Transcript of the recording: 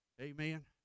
Amen